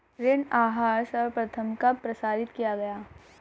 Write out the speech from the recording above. ऋण आहार सर्वप्रथम कब प्रसारित किया गया?